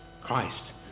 Christ